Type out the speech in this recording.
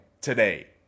today